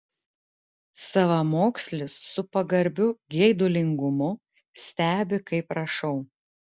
savamokslis su pagarbiu geidulingumu stebi kaip rašau